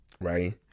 Right